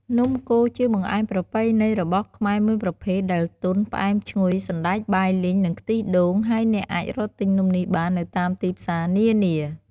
នំកូរជាបង្អែមប្រពៃណីរបស់ខ្មែរមួយប្រភេទដែល ទន់ ផ្អែមឈ្ងុយសណ្ដែកបាយលីង និងខ្ទិះដូង ហើយអ្នកអាចរកទិញនំនេះបាននៅតាមទីផ្សារនានា។